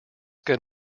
get